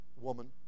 woman